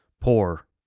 poor